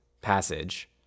passage